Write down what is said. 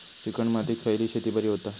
Chicken मातीत खयली शेती बरी होता?